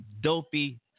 dopey